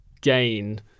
gain